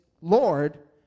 Lord